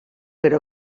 per